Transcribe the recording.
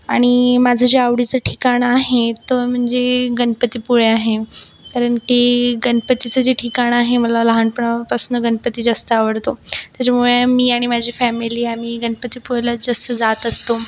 आणि माझं जे आवडीचं ठिकाण आहे तो म्हणजे गनपतीपुळे आहे कारण की गनपतीचं जे ठिकाण आहे मला लहानपणापासनं गनपती जास्त आवडतो त्याच्यामुळे मी आणि माझी फॅमिली आम्ही गणपतीपुळेला जास्त जात असतो